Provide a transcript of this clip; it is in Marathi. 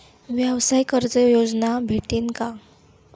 व्यवसाय कर्ज योजना भेटेन का?